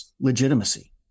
legitimacy